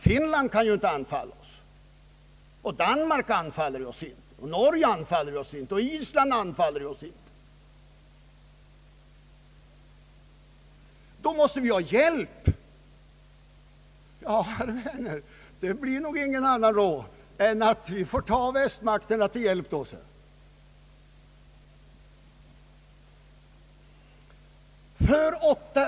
Finland kan ju inte anfalla oss, och Danmark, Norge och Island anfaller oss inte. Efter de åtta dagarna måste vi ha hjälp. Ja, herr Werner, då blir det nog ingen annan råd än att vi får ta västmakterna till hjälp.